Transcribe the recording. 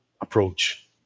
approach